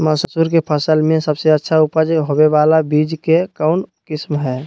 मसूर के फसल में सबसे अच्छा उपज होबे बाला बीज के कौन किस्म हय?